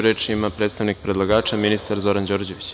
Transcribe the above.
Reč ima predstavnik predlagača, ministar Zoran Đorđević.